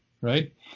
right